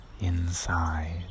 inside